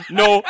no